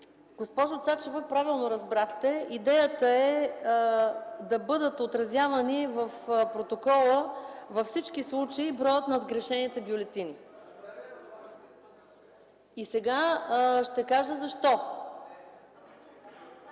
Госпожо Цачева, правилно разбрахте. Идеята е да бъдат отразявани в протокола във всички случаи броят на сгрешените бюлетини. (Реплики.) И сега ще кажа защо.